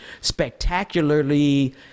spectacularly